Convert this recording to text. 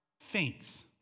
faints